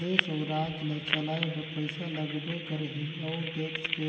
देस अउ राज ल चलाए बर पइसा लगबे करही अउ टेक्स के